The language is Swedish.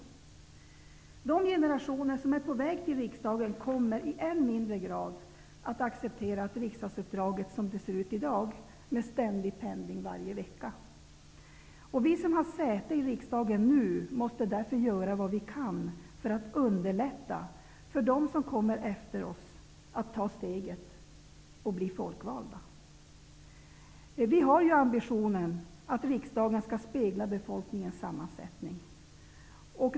De generationer som är på väg till riksdagen kommer i än mindre grad att acceptera riksdagsuppdraget som det ser ut i dag med ständig pendling varje vecka. Vi som har säte i riksdagen nu måste därför göra vad vi kan för att underlätta för dem som kommer efter oss att ta steget att bli folkvalda. Vi har ju ambitionen att riksdagen skall spegla befolkningens sammansättning.